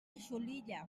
xulilla